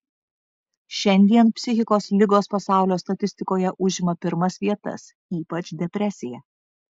šiandien psichikos ligos pasaulio statistikoje užima pirmas vietas ypač depresija